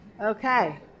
Okay